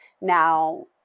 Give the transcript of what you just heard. Now